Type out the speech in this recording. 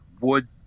Wood